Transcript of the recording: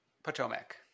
Potomac